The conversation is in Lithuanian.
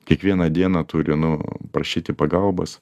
kiekvieną dieną turi nu prašyti pagalbos